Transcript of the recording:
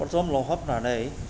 प्रथम लावहाबनानै